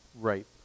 rape